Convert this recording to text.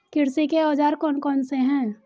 कृषि के औजार कौन कौन से हैं?